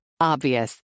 Obvious